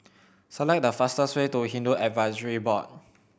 select the fastest way to Hindu Advisory Board